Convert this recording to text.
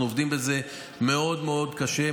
אנחנו עובדים בזה מאוד מאוד קשה,